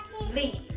leave